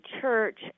church